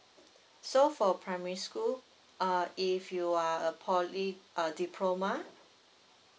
so for primary school uh if you are a poly a diploma